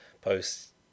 posts